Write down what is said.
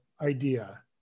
idea